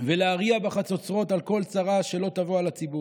ולהריע בחצוצרות על כל צרה שלא תבוא על הציבור,